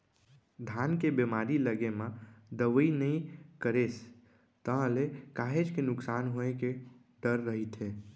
धान के बेमारी लगे म दवई नइ करेस ताहले काहेच के नुकसान होय के डर रहिथे